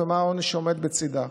ומה העונש שעומד בצידה.